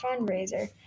fundraiser